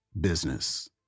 business